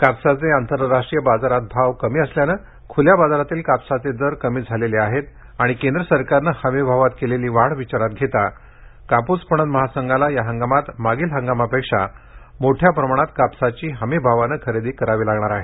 कापसाचे आंतरराष्ट्रीय बाजारात भाव कमी असल्याने खुल्या बाजारातील कापसाचे दर कमी झालेले असल्याने व केंद्र सरकारने हमी भावात केलेली वाढ विचारात घेता कापूस पणन महासंघास या हंगामात मागील हंगामापेक्षा मोठ्या प्रमाणात कापसाची हमी भावाने खरेदी करावी लागणार आहे